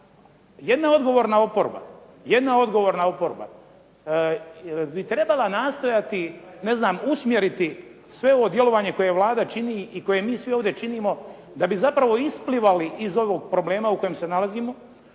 Jedna odgovorna oporba bi trebala nastojati usmjeriti sve ovo djelovanje koje Vlada čini i koje mi svi ovdje činimo da bi zapravo isplivali iz ovog problema u kojem se nalazimo,